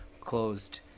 closed